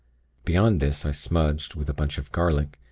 beyond this i smudged, with a bunch of garlic,